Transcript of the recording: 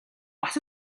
бас